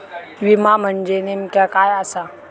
विमा म्हणजे नेमक्या काय आसा?